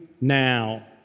now